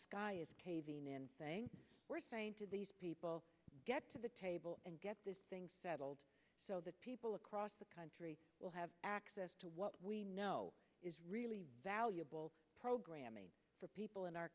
sky is caving in thing we're saying to these people get to the table and get this thing settled so that people across the country will have access to what we know is really valuable programming for people in our